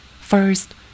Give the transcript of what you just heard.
First